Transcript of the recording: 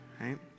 right